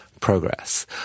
progress